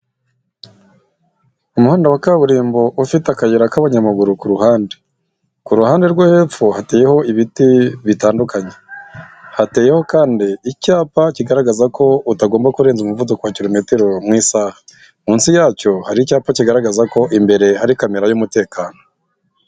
Umuhanda wa kaburimbo ufite akayira k'abanyamaguru kuruhande. Ku ruhande rwo hepfo hateyeho ibiti bitandukanye. Hateyeho kandi icyapa kigaragaza ko utagomba kurenza umuvudu wa kilometero mu isaha. Munsi yacyo hari icyapa kigaragaza ko imbere hari kamera y'umutekano.